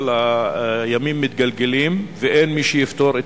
אבל הימים מתגלגלים ואין מי שיפתור את,